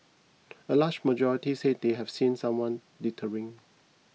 a large majority said they have seen someone littering